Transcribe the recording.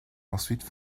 ensuite